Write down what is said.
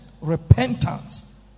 repentance